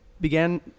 began